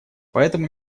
поэтому